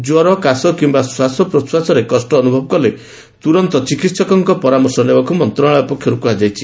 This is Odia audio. କ୍ୱର କାଶ କିମ୍ୟା ଶ୍ୱାସପ୍ରଶ୍ୱାସରେ କଷ ଅନୁଭବ କଲେ ତୁରନ୍ତ ଚିକିହକଙ୍ଙ ପରାମର୍ଶ ନେବାକୁ ମନ୍ତଶାଳୟ ପକ୍ଷରୁ କୁହାଯାଇଛି